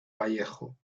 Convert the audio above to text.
vallejo